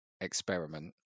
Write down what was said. experiment